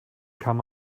kann